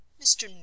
Mr